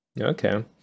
Okay